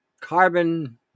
carbon